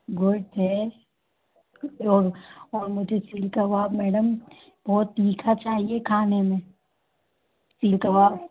good है और और मुझे सिक कबाब मैडम वो तीखा चाहिए खाने में सिक कबाब